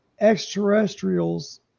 extraterrestrials